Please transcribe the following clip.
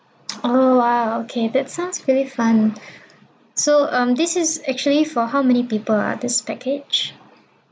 oh !wow! okay that sounds really fun so um this is actually for how many people ah this package